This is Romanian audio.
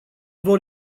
vor